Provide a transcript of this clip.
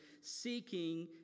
seeking